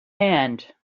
hand